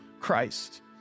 Christ